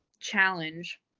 challenge